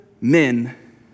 men